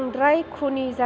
फोजों